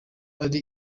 ari